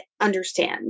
understand